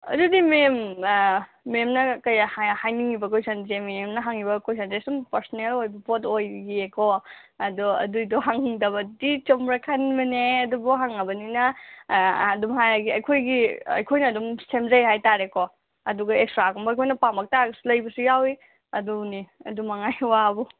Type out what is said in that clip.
ꯑꯗꯨꯗꯤ ꯃꯦꯝ ꯃꯦꯝꯅ ꯀꯩ ꯍꯥꯏꯅꯤꯡꯉꯤꯕ ꯀꯣꯏꯁꯟꯁꯦ ꯃꯦꯝꯅ ꯍꯪꯉꯤꯕ ꯀꯣꯏꯁꯟꯁꯦ ꯁꯨꯝ ꯄꯥꯔꯁꯅꯦꯜ ꯑꯣꯏꯕ ꯄꯣꯠ ꯑꯣꯏꯌꯦꯀꯣ ꯑꯗꯣ ꯑꯗꯨꯒꯤꯗꯣ ꯍꯪꯗꯕꯗꯤ ꯆꯨꯝꯕ꯭ꯔꯥ ꯈꯟꯕꯅꯦ ꯑꯗꯨꯕꯨ ꯍꯪꯉꯕꯅꯤꯅ ꯑꯗꯨꯝ ꯍꯥꯏꯔꯒꯦ ꯑꯩꯈꯣꯏꯒꯤ ꯑꯩꯈꯣꯏꯅ ꯑꯗꯨꯝ ꯁꯦꯝꯖꯩ ꯍꯥꯏꯇꯥꯔꯦꯀꯣ ꯑꯗꯨꯒ ꯑꯦꯛꯁꯇ꯭ꯔꯥꯒꯨꯝꯕ ꯑꯩꯈꯣꯏꯅ ꯄꯥꯝꯃꯛꯇꯥꯔꯒꯁꯨ ꯂꯩꯕꯁꯨ ꯌꯥꯎꯋꯤ ꯑꯗꯨꯅꯤ ꯑꯗꯨꯃꯉꯥꯏ ꯋꯥ ꯑꯕꯨ